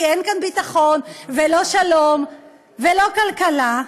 כי אין כאן ביטחון ולא שלום ולא כלכלה,